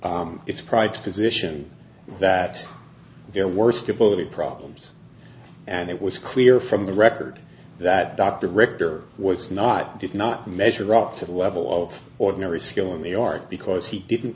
position that their worst ability problems and it was clear from the record that dr richter was not did not measure up to the level of ordinary skill in the art because he didn't